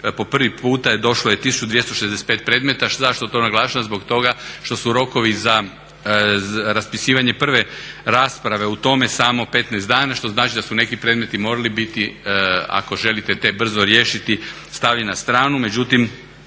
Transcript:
po prvi puta, došlo je 1265 predmeta, zašto to naglašavam? Zbog toga što su rokovi za raspisivanje prve rasprave u tome samo 15 dana što znači da su neki predmeti morali biti ako želite te brzo riješiti stavljeni na stranu.